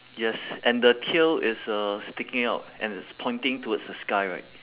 yes and the tail is uh sticking out and it's pointing towards the sky right